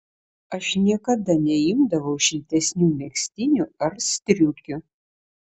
aš niekada neimdavau šiltesnių megztinių ar striukių